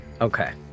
Okay